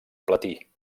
platí